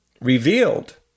revealed